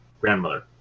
grandmother